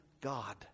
god